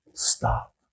Stop